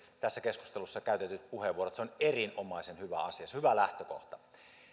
tässä keskustelussa käytetyt puheenvuorot se on erinomaisen hyvä asia se on hyvä lähtökohta